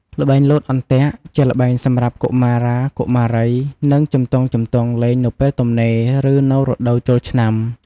ល្បែងលោតអន្ទាក់ ជាល្បែងសម្រាប់កុមារាកុមារីនិងជំទង់ៗលេងនៅពេលទំនេរ ឬនៅរដូវចូលឆ្នាំ។